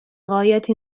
غاية